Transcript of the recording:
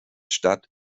stadt